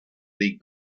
league